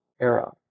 era